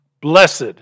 Blessed